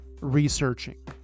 researching